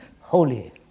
holy